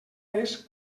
les